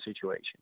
situation